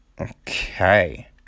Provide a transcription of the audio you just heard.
Okay